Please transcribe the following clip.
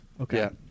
Okay